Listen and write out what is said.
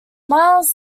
miles